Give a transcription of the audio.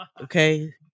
Okay